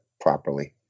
properly